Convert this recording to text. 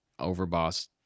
overboss